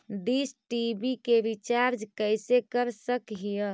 Dish TV के रिचार्ज कैसे कर सक हिय?